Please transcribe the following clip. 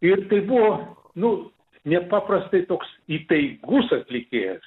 ir tai buvo nu nepaprastai toks įtaigus atlikėjas